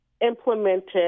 implemented